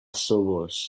sorbos